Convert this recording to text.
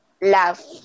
love